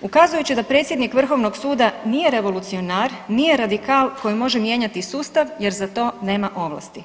ukazujući da predsjednik Vrhovnog suda nije revolucionar, nije radikal koji može mijenjati sustav jer za to nema ovlasti.